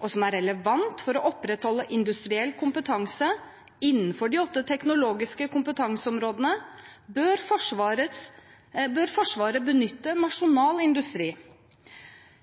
og som er relevante for å opprettholde industriell kompetanse innenfor de åtte teknologiske kompetanseområdene, bør Forsvaret benytte nasjonal industri.